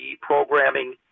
programming